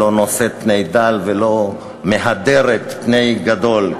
לא נושאת פני דל ולא מהדרת פני גדול,